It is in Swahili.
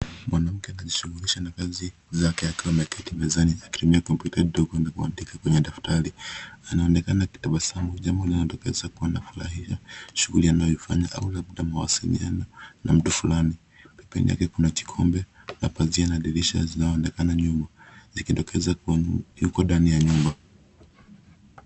Mwanamke anajishughulisha na kazi zake akiwa ameketi mezani akitumia kompyuta ndogo na kuandika kwenye daftari. Anaonekana akitabasamu, jambo linalodokeza kuwa anafurahia shughuli anayoifanya au labda mawasiliano na mtu fulani. Pembeni yake kuna kikombe na pazia na dirisha zinaoonekana nyuma, ikidokeza kuwa yuko ndani ya nyumba.